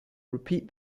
repeat